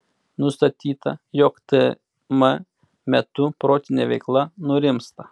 nustatyta jog tm metu protinė veikla nurimsta